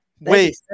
Wait